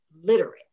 literate